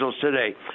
today